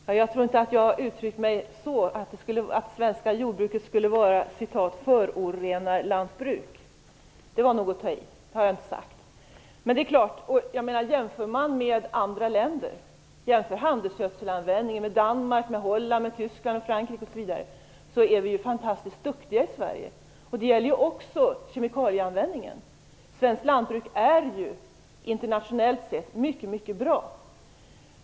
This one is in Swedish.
Fru talman! Jag tror inte att jag uttryckt mig så att det svenska jordbruket skulle vara ett "förorenarlantbruk". Det vore nog att ta i, och det har jag inte sagt. Danmark, Holland, Tyskland, Frankrike osv. är vi fantastiskt duktiga i Sverige. Det gäller också kemikalieanvändning. Svenskt lantbruk är internationellt sett mycket bra.